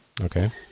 Okay